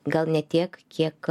gal ne tiek kiek